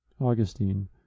Augustine